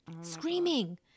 screaming